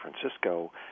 Francisco